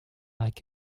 like